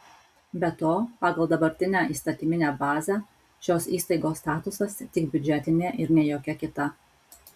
be to pagal dabartinę įstatyminę bazę šios įstaigos statusas tik biudžetinė ir ne jokia kita